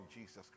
Jesus